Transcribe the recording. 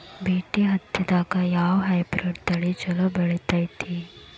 BT ಹತ್ತಿದಾಗ ಯಾವ hybrid ತಳಿ ಛಲೋ ಬೆಳಿತೈತಿ?